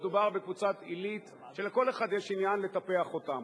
מדובר בקבוצת עילית שלכל אחד יש עניין לטפח אותם.